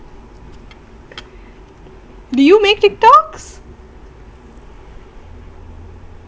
do you make tiktok